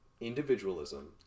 individualism